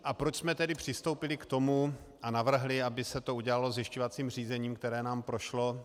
A proč jsme tedy přistoupili k tomu a navrhli, aby se to udělalo zjišťovacím řízením, které nám prošlo?